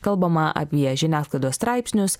kalbama apie žiniasklaidos straipsnius